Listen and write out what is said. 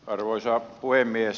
arvoisa puhemies